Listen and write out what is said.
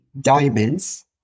diamonds